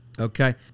Okay